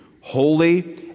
holy